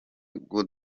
good